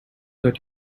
that